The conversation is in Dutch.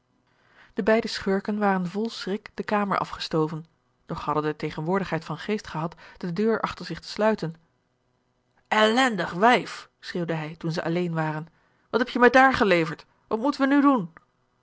de beide schurken waren vol schrik de kamer afgestoven doch hadden de tegenwoordigheid van geest gehad de deur achter zich te sluiten ellendig wijf schreeuwde hij toen zij alleen waren wat heb je mij daar geleverd wat moeten wij nu doen